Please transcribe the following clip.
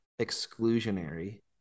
exclusionary